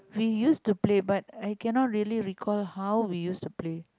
we use to play but I cannot really recall how we use to play